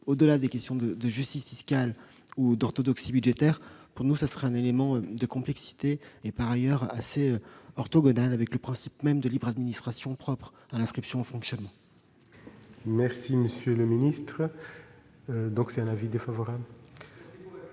Au-delà des questions de justice fiscale ou d'orthodoxie budgétaire, la disposition proposée serait un élément de complexité et serait par ailleurs assez orthogonale avec le principe même de libre administration propre à l'inscription au fonctionnement. Le Gouvernement émet par conséquent un avis défavorable